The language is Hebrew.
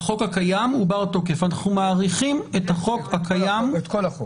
החוק הקיים הוא בר תוקף.